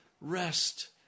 rest